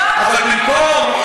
אבל במקום,